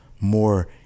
more